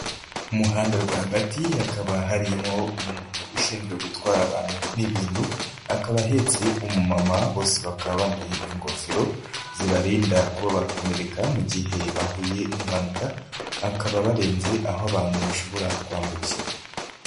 Umuhanda rwagati hakaba harimo umuntu ushinzwe gutwara abantu n'ibintu, akaba ahetse umumama bose bakaba bambaye ingofero, zibarinda kuba bakomereka mu gihe bahuye n'impanuka, bakaba barenze aho abantu bashobora kwambukira.